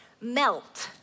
melt